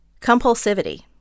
compulsivity